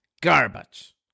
Garbage